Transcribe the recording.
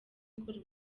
gukora